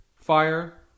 fire